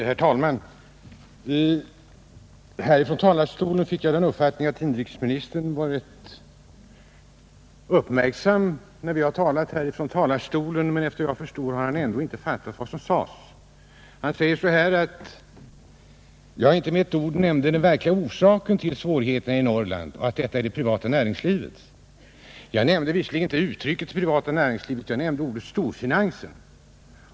Herr talman! Jag fick från talarstolen den uppfattningen att inrikesministern lyssnat ganska uppmärksamt till mitt anförande. Efter vad jag förstår har han ändå inte fattat vad jag sade. Han säger att jag inte med ett ord nämnde vad som verkligen orsakar svårigheterna i Norrland — det privata näringslivet. Jag använde visserligen inte det uttrycket utan ordet ”storfinansen”.